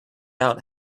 out